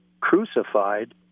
crucified